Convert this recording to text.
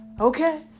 Okay